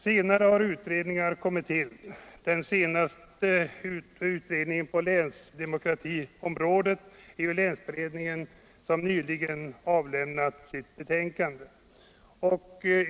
Senare har utredningar kommit till. Den senaste utredningen på länsdemokratiområdet är länsberedningen, som nyligen avlämnat sitt betänkande.